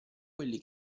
quelli